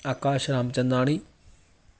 Akash Ramchandani